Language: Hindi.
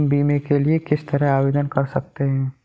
हम बीमे के लिए किस तरह आवेदन कर सकते हैं?